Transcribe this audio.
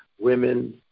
women